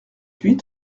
huit